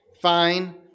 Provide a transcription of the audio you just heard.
fine